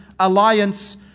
Alliance